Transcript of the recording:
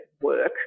work